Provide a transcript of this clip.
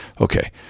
Okay